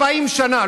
40 שנה,